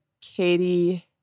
Katie